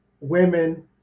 women